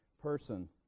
person